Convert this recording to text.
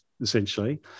essentially